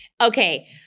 Okay